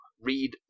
read